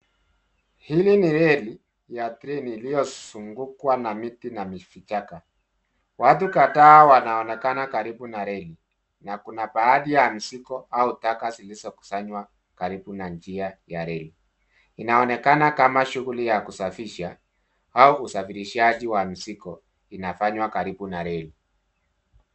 Hili ni reli ya treni iliyozungukwa na miti na vichaka. Watu kadhaa wanaonekana karibu na reli, na kuna baadhi ya mzigo au taka zilizokusanywa karibu na njia ya reli. Inaonekana kama shughuli ya kusafisha, au usafirishaji wa mzigo inafanywa karibu na reli.